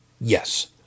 Yes